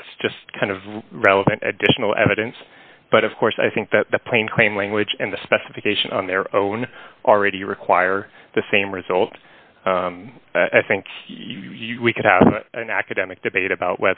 that's just kind of relevant additional evidence but of course i think that the plain claim language and the specification on their own already require the same result i think you we could have an academic debate about